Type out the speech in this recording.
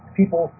people